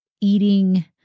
eating